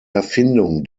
erfindung